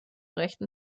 rechten